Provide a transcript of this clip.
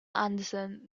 anderson